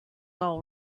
all